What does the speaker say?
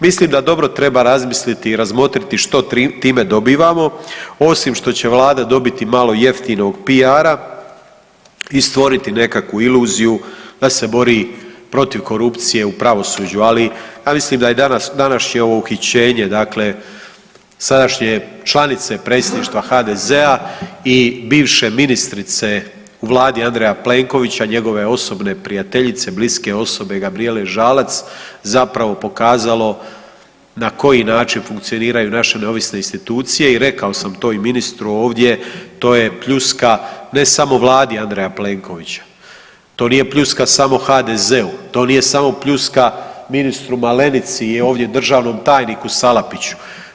Mislim da dobro treba razmisliti i razmotriti što time dobivamo, osim što će Vlada dobiti malo jeftinog PR-a i stvoriti nekakvu iluziju da se bori protiv korupcije u pravosuđu, ali ja mislim da je danas, današnje ovo uhićenje dakle sadašnje članice Predsjedništva HDZ-a i bivše ministrice u Vladi Andreja Plenkovića, njegove osobne prijateljice, bliske osobe, Gabrijele Žalac, zapravo pokazalo na koji način funkcioniraju naše neovisne institucije i rekao sam to i ministru ovdje, to je pljuska, ne samo Vladi Andreja Plenkovića, to nije pljuska samo HDZ-u, to nije samo pljuska ministru Malenici i ovdje, državnom tajniku Salapiću.